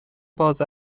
باز